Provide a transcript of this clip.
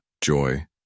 joy